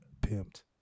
pimped